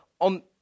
on